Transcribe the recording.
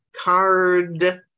Card